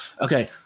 Okay